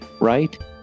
right